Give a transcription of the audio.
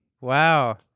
Wow